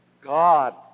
God